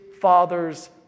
father's